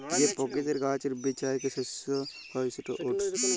যে পকিতির গাহাচের বীজ থ্যাইকে শস্য হ্যয় সেট ওটস